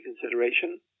consideration